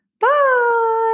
Bye